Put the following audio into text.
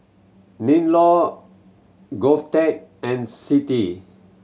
MinLaw GovTech and CITI